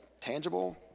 tangible